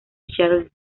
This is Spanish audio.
charles